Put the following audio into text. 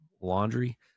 laundry